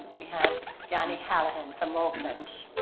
we had johnny hallahan from rockland,